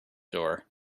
door